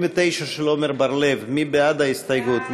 29, של עמר בר-לב, מי בעד ההסתייגות?